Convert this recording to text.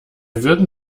würden